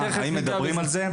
האם מדברים על זה?